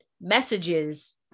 messages